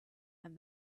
and